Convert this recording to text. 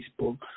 Facebook